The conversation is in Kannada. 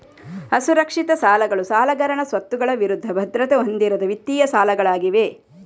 ಅಸುರಕ್ಷಿತ ಸಾಲಗಳು ಸಾಲಗಾರನ ಸ್ವತ್ತುಗಳ ವಿರುದ್ಧ ಭದ್ರತೆ ಹೊಂದಿರದ ವಿತ್ತೀಯ ಸಾಲಗಳಾಗಿವೆ